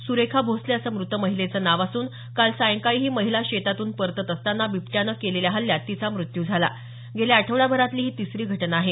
सुरेखा भोसले असं मृत महिलेचं नाव असून काल सायंकाळी ही महिला शेतातून परतत असताना बिबट्याने केलेल्या हल्ल्यात तिचा मृत्यू झाला गेल्या आठवडाभरातली ही तिसरी घटना आहे